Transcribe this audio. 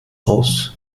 aus